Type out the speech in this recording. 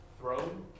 Throne